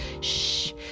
Shh